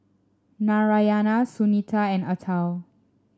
Narayana Sunita and Atal